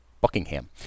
Buckingham